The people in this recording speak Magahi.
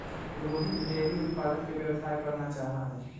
रोहित डेयरी उत्पादन के व्यवसाय करना चाहा हई